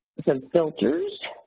some filters,